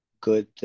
good